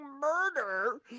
murder